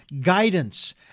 guidance